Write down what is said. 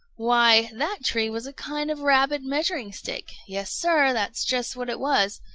why, that tree was a kind of rabbit measuring-stick. yes, sir, that just what it was.